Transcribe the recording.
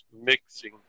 mixing